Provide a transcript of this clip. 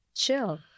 Chill